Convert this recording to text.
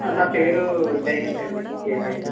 నా పేరు జయంత్ అండి కే జయంత్